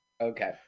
okay